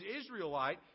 Israelite